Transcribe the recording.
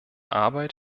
arbeit